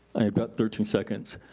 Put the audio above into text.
i've got thirteen seconds,